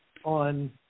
On